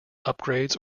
upgrades